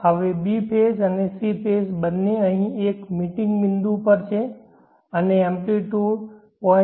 હવે b phase અને c phase બંને અહીં એક મીટિંગ બિંદુ પર છે અને એમ્પ્લીટયુડ 0